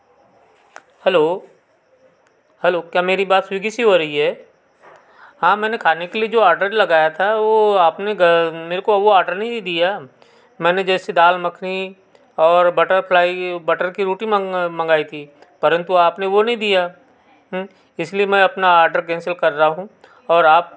hello क्या मेरी बात स्वीग्गी से हो रही है हाँ मैंने खाने के लिए जो आर्डर लगाया था वह आपने मेरे को ऑर्डर नहीं दिया मैंने जैसे दाल मखनी और बटरफ्लाई बटर की रोटी मंगाई थी परंतु आपने वह नहीं दिया इसलिए मैं अपना आर्डर कैंसिल कर रहा हूँ और आप